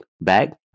bag